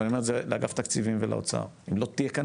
ואני אומר את זה לאג"ת ולאוצר אם לא תהיה כאן